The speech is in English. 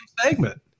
segment